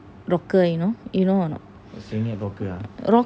rocker you know you know or not